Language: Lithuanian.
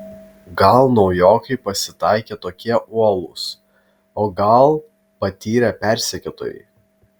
gal naujokai pasitaikė tokie uolūs o gal patyrę persekiotojai